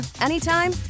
anytime